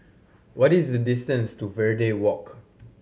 what is the distance to Verde Walk